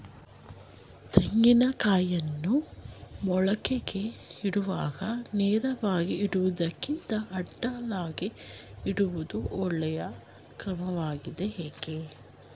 ತೆಂಗಿನ ಕಾಯಿಯನ್ನು ಮೊಳಕೆಗೆ ಇಡುವಾಗ ನೇರವಾಗಿ ಇಡುವುದಕ್ಕಿಂತ ಅಡ್ಡಲಾಗಿ ಇಡುವುದು ಒಳ್ಳೆಯ ಕ್ರಮವಾಗಿದೆ ಏಕೆ?